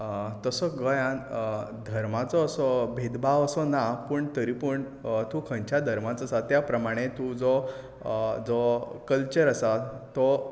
तसो गोंयान धर्माचो असो भेद भाव असो ना पूण तरी पूण तूं खंयच्या धर्माचो आसा त्या प्रमाणे तूं तुजो जो कल्चर आसा तो